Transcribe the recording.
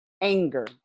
anger